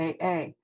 AA